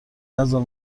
نزار